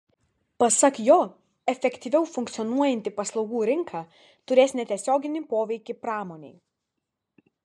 pasak jo efektyviau funkcionuojanti paslaugų rinka turės netiesioginį poveikį pramonei